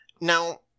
Now